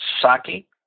Saki